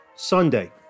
Sunday